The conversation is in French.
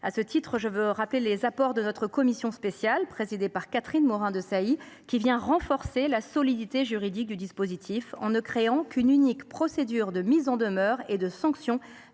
À ce titre, je veux saluer les apports de notre commission spéciale, présidée par Catherine Morin Desailly. Elle a renforcé la solidité juridique du dispositif en créant une procédure unique de mise en demeure et de sanction